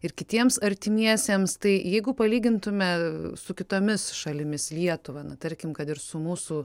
ir kitiems artimiesiems tai jeigu palygintume su kitomis šalimis lietuvą na tarkim kad ir su mūsų